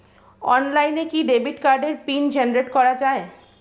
অনলাইনে কি ডেবিট কার্ডের পিন জেনারেট করা যায়?